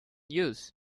use